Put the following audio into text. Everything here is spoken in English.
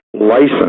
license